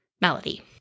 melody